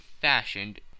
fashioned